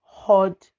hot